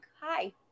Hi